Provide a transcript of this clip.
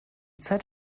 zeit